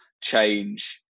change